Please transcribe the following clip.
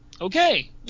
okay